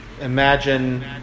Imagine